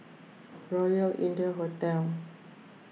Royal India Hotel